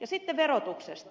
sitten verotuksesta